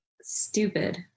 Stupid